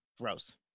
Gross